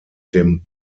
dem